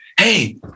Hey